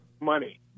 money